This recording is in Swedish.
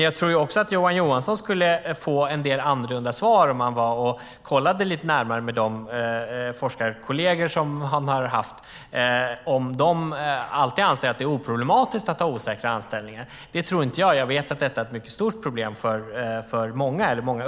Jag tror också att Johan Johansson skulle få en del annorlunda svar om han kollade lite närmare med sina forskarkolleger. Har de alltid ansett att det är oproblematiskt med osäkra anställningar? Det tror inte jag. Jag vet att de är ett stort problem för många.